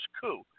coup